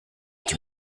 its